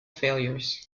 failures